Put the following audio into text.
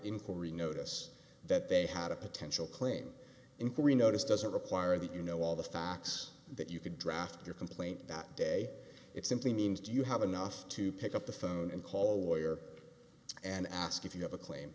inquiry notice that they had a potential claim inquiry notice doesn't require that you know all the facts that you could draft your complaint that day it simply means do you have enough to pick up the phone and call lawyer and ask if you have a claim